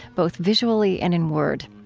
both visually and in word.